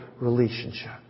relationship